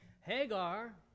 Hagar